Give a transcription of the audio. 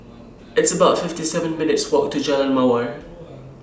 It's about fifty seven minutes' Walk to Jalan Mawar